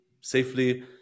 safely